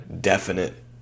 definite